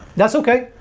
that's okay.